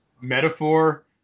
metaphor